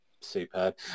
Superb